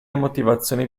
motivazioni